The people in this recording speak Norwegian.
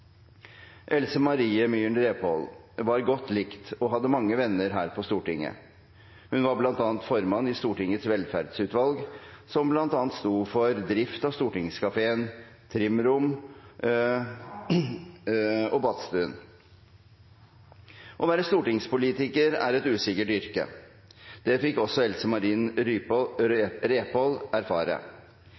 Else Marie Myhren Repål var godt likt og hadde mange venner her på Stortinget. Hun var bl.a. formann i Stortingets velferdsutvalg, som bl.a. sto for drift av stortingskaffen, trimrom og badstuen. Å være stortingspolitiker er et usikkert yrke. Det fikk også Else Marie Myhren Repål erfare.